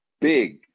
Big